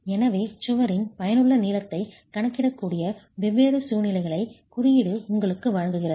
எனவே சுவரின் பயனுள்ள நீளத்தை கணக்கிடக்கூடிய வெவ்வேறு சூழ்நிலைகளை குறியீடு உங்களுக்கு வழங்குகிறது